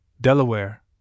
Delaware